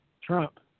Trump